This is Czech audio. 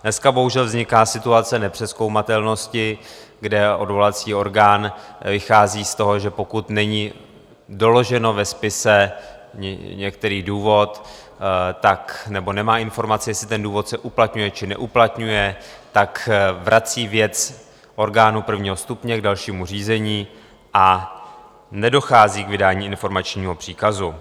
Dneska bohužel vzniká situace nepřezkoumatelnosti, kde odvolací orgán vychází z toho, že pokud není doložen ve spise některý důvod, nebo nemá informaci, jestli ten důvod se uplatňuje či neuplatňuje, vrací věc orgánu prvního stupně k dalšímu řízení a nedochází k vydání informačního příkazu.